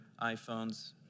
iPhones